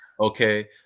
okay